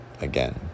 again